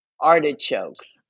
artichokes